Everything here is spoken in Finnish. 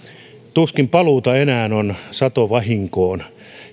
tuskin paluuta enää on satovahinkoon